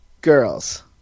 Girls